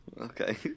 Okay